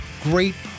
great